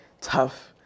Tough